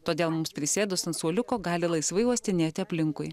todėl mums prisėdus ant suoliuko gali laisvai uostinėti aplinkui